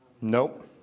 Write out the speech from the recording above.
Nope